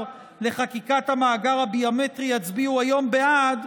לחקיקת המאגר הביומטרי יצביעו היום בעד,